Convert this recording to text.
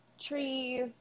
trees